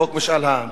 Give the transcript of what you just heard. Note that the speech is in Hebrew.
חוק משאל עם,